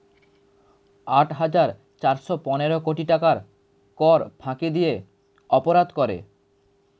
আট হাজার চারশ পনেরো কোটি টাকার কর ফাঁকি দিয়ে অপরাধ করে